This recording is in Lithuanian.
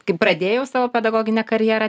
kaip pradėjau savo pedagoginę karjerą